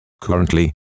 Currently